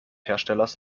herstellers